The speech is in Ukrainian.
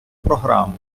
програму